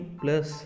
plus